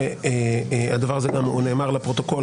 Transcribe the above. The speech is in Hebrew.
והדבר הזה גם נאמר לפרוטוקול,